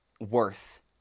worth